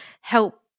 help